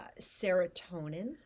serotonin